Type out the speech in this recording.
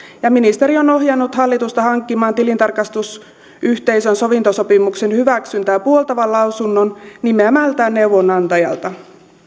ja ministeriö on ohjannut hallitusta hankkimaan tilintarkastusyhteisön sovintosopimuksen hyväksyntää puoltavan lausunnon nimeämältään neuvonantajalta